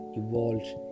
evolved